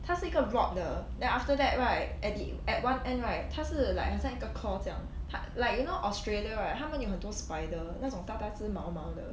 它是一个 rod 的 then after that right at the at one end right 它是 like 好像一个 claw 这样它 like you know australia right 他们有很多 spider 那种大大只毛毛的